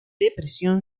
depresión